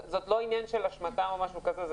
זה לא עניין של השמטה או משהו כזה,